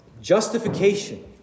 Justification